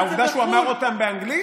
העובדה שהוא אמר אותם באנגלית?